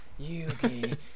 Yugi